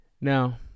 Now